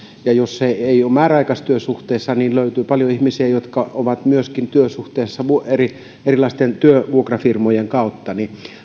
ja jos ihminen ei ole määräaikaistyösuhteessa niin löytyy paljon ihmisiä jotka ovat työsuhteessa myöskin erilaisten työvuokrafirmojen kautta